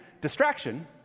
distraction